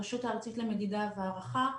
הרשות הארצית למדידה ולהערכה.